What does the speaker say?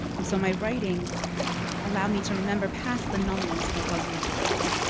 and so my writing allowed me to remember past the numbness that was the epidural.